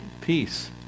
peace